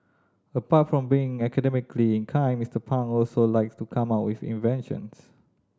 apart from being academically inclined Mister Pang also likes to come up with inventions